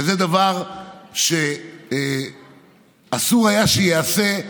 זה דבר שאסור היה שייעשה.